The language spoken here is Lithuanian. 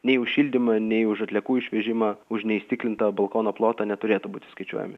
nei už šildymą nei už atliekų išvežimą už neįstiklintą balkono plotą neturėtų būti skaičiuojami